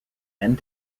end